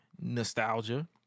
nostalgia